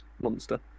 monster